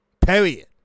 Period